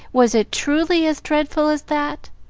was it truly as dreadful as that?